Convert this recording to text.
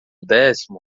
décimo